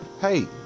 hey